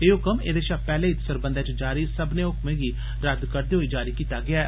एह् हुकम एह्दे शा पैह्ले इत सरबंधै च जारी सब्मनें हुकमें गी रद्द करदे होई जारी कीता गेदा ऐ